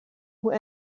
who